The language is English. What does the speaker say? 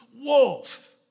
Wolf